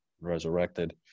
resurrected